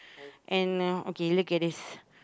and uh okay look at this